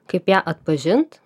kaip ją atpažint